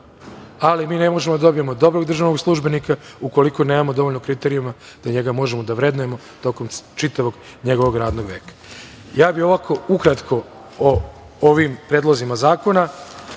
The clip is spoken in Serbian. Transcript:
ali ne možemo da dobijemo dobrog državnog službenika ukoliko nemamo dovoljno kriterijuma da možemo da ga vrednujemo tokom čitavog njegovog radnog veka. Ukratko bih o ovim predlozima zakona.